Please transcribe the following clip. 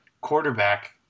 quarterback